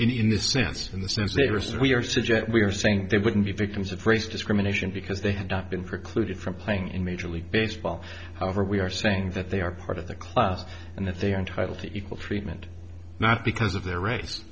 this sense in the sense they are so we are suggest we are saying they wouldn't be victims of race discrimination because they have not been precluded from playing in major league baseball however we are saying that they are part of the class and that they are entitled to equal treatment not because of their race